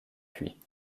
puy